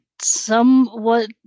somewhat